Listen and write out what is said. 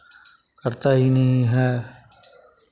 करता ही नहीं है